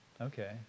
Okay